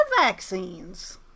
vaccines